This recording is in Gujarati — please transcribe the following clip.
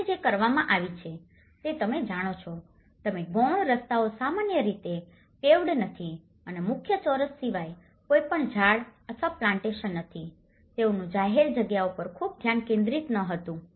અને જે કરવામાં આવી છે તે તમે જાણો છો તમે ગૌણ રસ્તાઓ સામાન્ય રીતે પેવ્ડ નથી અને મુખ્ય ચોરસ સિવાય કોઈપણ ઝાડ અથવા પ્લાન્ટેશન નથી તેઓનુ જાહેર જગ્યાઓ પર ખૂબ ધ્યાન કેન્દ્રિત ન હતું